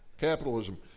capitalism